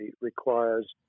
requires